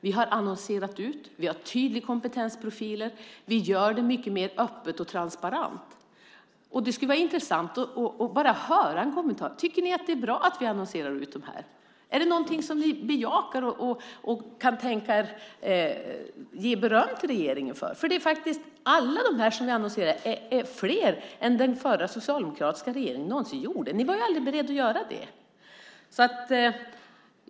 Vi har annonserat ut tjänster, vi har tydliga kompetensprofiler, och vi gör detta mycket mer öppet och transparent. Det skulle vara intressant att bara få höra en kommentar. Tycker ni att det är bra att vi annonserar ut dessa tjänster? Är det någonting som ni bejakar och kan tänka er att ge beröm till regeringen för? Alla de tjänster som vi annonserar ut är fler än den socialdemokratiska regeringen någonsin annonserade ut. Ni var aldrig beredda att göra det.